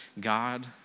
God